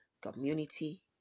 community